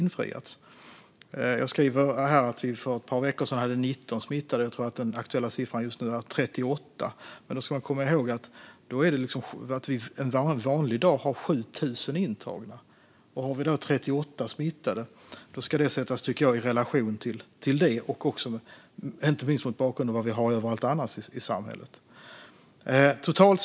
I mitt svar säger jag att vi för ett par veckor sedan hade 19 smittade, och jag tror att den aktuella siffran just nu är 38. Men då ska man komma ihåg att vi en vanlig dag har 7 000 intagna. Om vi då har 38 smittade tycker jag att det ska sättas i relation till detta, inte minst mot bakgrund hur det är överallt i samhället.